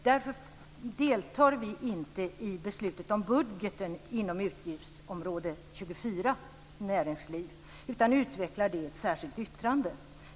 Därför deltar vi inte i beslutet om budgeten inom utgiftsområde 24 om näringsliv, utan utvecklar det i ett särskilt yttrande.